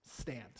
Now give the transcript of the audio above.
stand